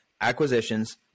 acquisitions